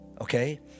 Okay